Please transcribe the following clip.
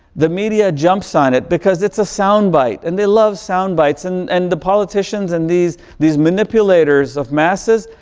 the media jumps on it because it's a soundbite. and they love soundbites. and and the politicians and these these manipulators of masses,